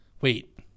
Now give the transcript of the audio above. Wait